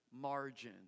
margin